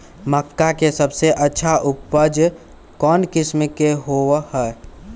मक्का के सबसे अच्छा उपज कौन किस्म के होअ ह?